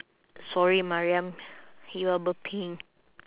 sorry mariam you are burping